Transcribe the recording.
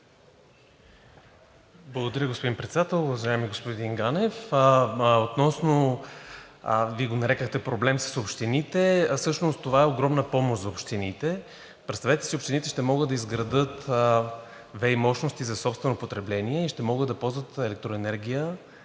Благодаря, господин Председател. Уважаеми господин Ганев, Вие го нарекохте проблем с общините, всъщност това е огромна помощ за общините. Представете си – общините ще могат да изградят ВЕИ мощности за собствено потребление и ще могат да ползват електроенергия